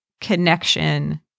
connection